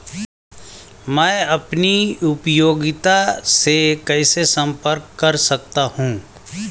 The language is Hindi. मैं अपनी उपयोगिता से कैसे संपर्क कर सकता हूँ?